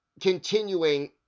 continuing